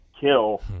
kill